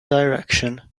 direction